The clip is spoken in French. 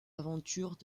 aventures